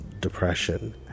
depression